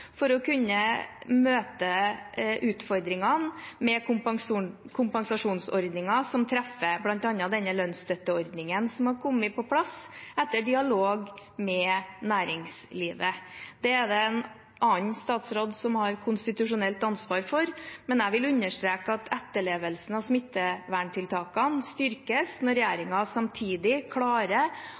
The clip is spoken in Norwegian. for å kunne møte utfordringene med kompensasjonsordninger som treffer, bl.a. lønnsstøtteordningen, som har kommet på plass etter dialog med næringslivet. Den er det en annen statsråd som har det konstitusjonelle ansvaret for, men jeg vil understreke at etterlevelsen av smitteverntiltakene styrkes når regjeringen samtidig klarer